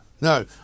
No